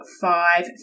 five